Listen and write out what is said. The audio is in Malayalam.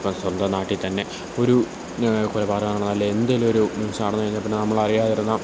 ഇപ്പോള് സ്വന്തം നാട്ടില് തന്നെ ഒരു കൊലപാതകം നടന്നു അല്ലേ എന്തേലൊരു ഇൻസ് നടന്നുകഴിഞ്ഞാല് പിന്നെ നമ്മളറിയാതിരുന്നോ